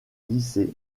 lycées